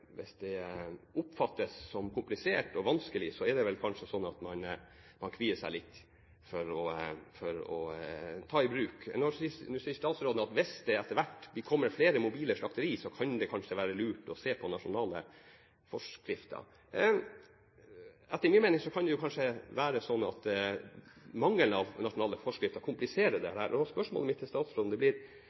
hvis det oppfattes som komplisert og vanskelig, kvier man seg kanskje litt for å ta det i bruk. Nå sier statsråden at hvis det etter hvert kommer flere mobile slakteri, kan det kanskje være lurt å se på nasjonale forskrifter. Etter min mening kan det kanskje være sånn at mangelen på nasjonale forskrifter kompliserer dette. Spørsmålet mitt til statsråden blir: Tror statsråden at det